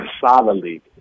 solidly